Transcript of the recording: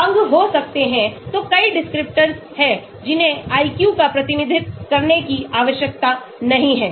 अंग हो सकते हैं तो कई descriptors हैं जिन्हें IQ का प्रतिनिधित्व करने की आवश्यकता नहीं है